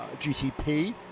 GTP